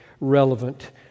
relevant